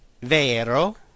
vero